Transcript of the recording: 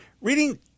reading